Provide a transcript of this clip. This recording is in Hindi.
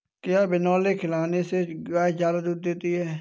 क्या बिनोले खिलाने से गाय दूध ज्यादा देती है?